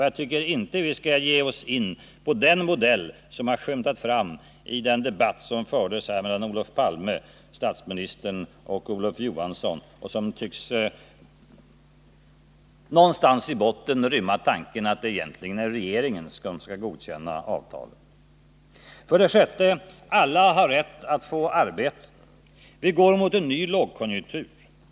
Jag tycker inte vi skall ge oss in på den modell som har skymtat fram i den debatt som förts här mellan Olof Palme, statsministern och Olof Johansson och som tycks någonstans i botten rymma tanken att det egentligen är regeringen som skall godkänna avtalen. För det sjätte: Alla har rätt att få arbeta. Vi går mot en ny lågkonjunktur.